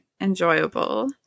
enjoyable